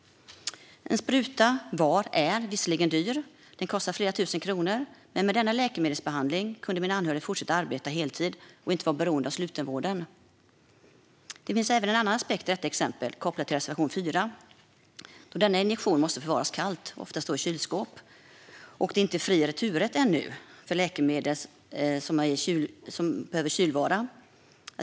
En spruta är visserligen dyr - den kostar flera tusen kronor. Men med denna läkemedelsbehandling kunde min anhörige fortsätta arbeta heltid och inte vara beroende av slutenvården. Det finns även en annan aspekt på detta exempel, kopplat till reservation 4. Denna injektion måste förvaras kallt, oftast i kylskåp, och det är ännu inte fri returrätt för läkemedel som är kylvaror.